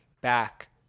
back